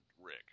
Rick